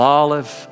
olive